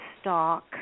stock